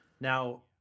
Now